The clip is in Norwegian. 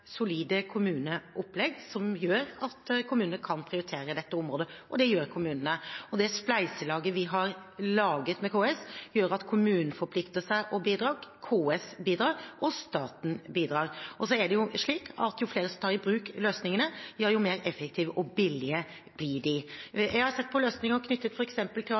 har laget med KS, gjør at kommunene forplikter seg til å bidra, KS bidrar, og staten bidrar. Det er jo slik at jo flere som tar i bruk løsningene, jo mer effektive og billigere blir de. Jeg har sett på løsninger knyttet til